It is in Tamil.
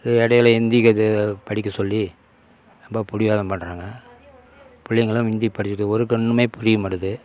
இது இடையில ஹிந்தி கற்று படிக்க சொல்லி ரொம்ப பிடிவாதம் பண்ணுறாங்க பிள்ளைங்களும் ஹிந்தி படிச்சுட்டு ஒரு கண்ணுமே புரிய மாட்டுது